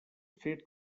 fet